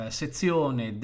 sezione